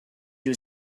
you